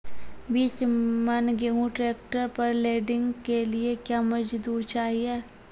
बीस मन गेहूँ ट्रैक्टर पर लोडिंग के लिए क्या मजदूर चाहिए?